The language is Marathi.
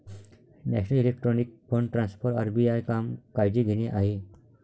national electronic fund transfer RBI काम काळजी घेणे आहे